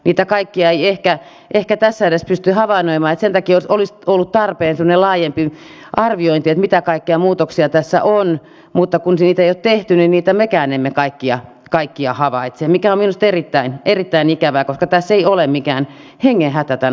niitä kaikkia ei ehkä tässä edes pysty havainnoimaan niin että sen takia olisi ollut tarpeen semmoinen laajempi arviointi siitä mitä kaikkia muutoksia tässä on mutta kun sitä ei ole tehty niin niitä mekään emme kaikkia havaitse mikä on minusta erittäin ikävää koska tässä ei ole mikään hengenhätä tämän asian kanssa